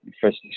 first